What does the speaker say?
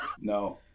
No